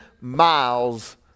miles